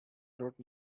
not